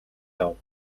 лав